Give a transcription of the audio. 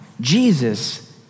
Jesus